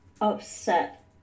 upset